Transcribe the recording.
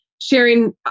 sharing